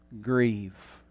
grieve